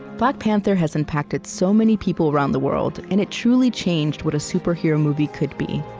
black panther has impacted so many people around the world, and it truly changed what a superhero movie could be.